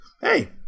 hey